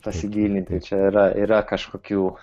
pasigilinti čia yra yra kažkokių